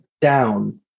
down